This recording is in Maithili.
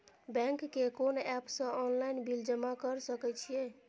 बैंक के कोन एप से ऑनलाइन बिल जमा कर सके छिए?